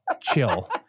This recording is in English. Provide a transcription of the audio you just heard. chill